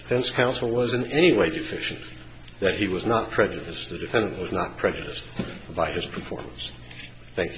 this counsel was in any way deficient that he was not prejudiced the defendant was not prejudiced by his performance thank